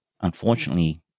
unfortunately